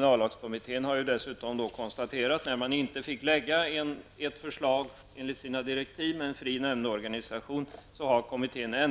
När man inte fick lägga fram ett förslag enligt sina direktiv med en fri nämndorganisation, konstaterade kommittén att det